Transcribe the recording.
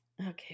Okay